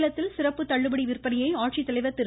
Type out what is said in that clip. சேலத்தில் சிறப்பு தள்ளுபடி விற்பனையை ஆட்சித்தலைவர் திரு